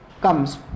comes